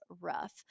rough